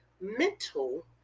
mental